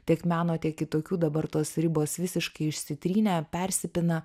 tiek meno tiek kitokių dabar tos ribos visiškai išsitrynę persipina